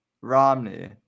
Romney